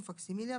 ופקסימילה,